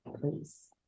please